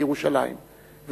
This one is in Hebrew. לירושלים,